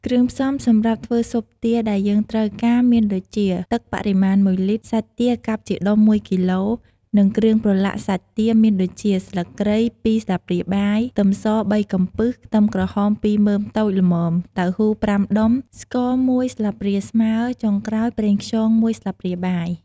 គ្រឿងផ្សំំសម្រាប់ធ្វើស៊ុបទាដែលយើងត្រូវការមានដូចជា ទឹកបរិមាណ ១លីត្រ សាច់ទា កាប់ជាដុំ ១ គីឡូ និងគ្រឿងប្រឡាក់សាច់ទាមានដូចជា ស្លឹកគ្រៃ ២ស្លាបព្រាបាយ ខ្ទឹមស ៣ កំពឹស ខ្ទឹមក្រហម ២ មើមតូចល្មម តៅហ៊ូ ៥ដុំ ស្ករ ១ ស្លាបព្រាបាយស្មើ ចុងក្រោយ ប្រេងខ្យង ១ស្លាបព្រាបាយ។